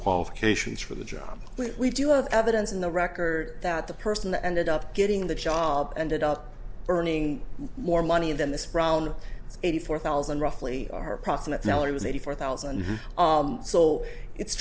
qualifications for the job we do have evidence in the record that the person ended up getting the job ended up earning more money than this brown eighty four thousand roughly are approximately what it was eighty four thousand so it's